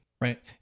Right